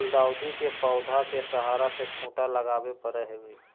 गुलदाऊदी के पौधा के सहारा ले खूंटा लगावे परई हई